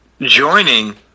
joining